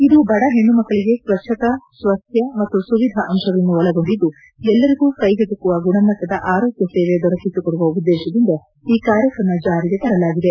ಇದು ಬಡ ಹೆಣ್ಣು ಮಕ್ಕಳಿಗೆ ಸ್ವಚ್ಛತಾ ಸ್ವಚ್ಛತಾ ಮತ್ತು ಸುವಿಧ ಅಂಶಗಳನ್ನು ಒಳಗೊಂಡಿದ್ದು ಎಲ್ಲರಿಗೂ ಕೈಗಟಕು ಗುಣಮಟ್ಲದ ಆರೋಗ್ಯ ಸೇವೆ ದೊರಕಿಸಿಕೊಡುವ ಉದ್ದೇಶದಿಂದ ಈ ಕಾರ್ಯಕ್ರಮ ಜಾರಿಗೆ ತರಲಾಗಿದೆ